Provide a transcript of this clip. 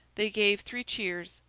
they gave three cheers,